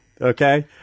Okay